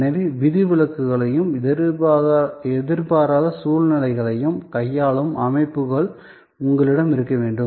எனவே விதிவிலக்குகளையும் எதிர்பாராத சூழ்நிலைகளையும் கையாளும் அமைப்புகள் உங்களிடம் இருக்க வேண்டும்